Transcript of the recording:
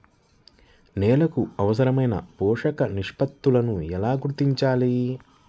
నేలలకు అవసరాలైన పోషక నిష్పత్తిని ఎలా గుర్తించాలి?